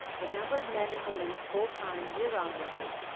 the number of men and women, full time year round workers,